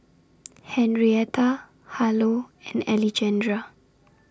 Henrietta Harlow and Alejandra